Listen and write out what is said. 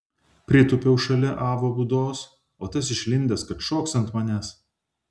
pritūpiau šalia avo būdos o tas išlindęs kad šoks ant manęs